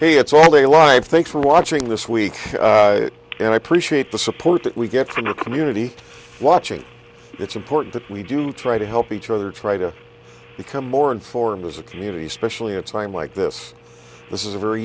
it's all a live thanks for watching this week and i appreciate the support that we get from the community watching it's important that we do try to help each other try to become more informed as a community especially at a time like this this is a very